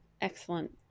Excellent